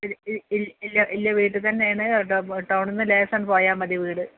ഈ ഇല്ല വീട്ടിൽതന്നെയാണ് ആ ടൗണിനു ലേശമങ്ങട്ട് പോയാൽ മതി വീട്